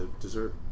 dessert